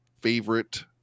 favorite